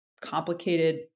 complicated